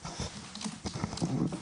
בבקשה.